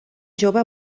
jove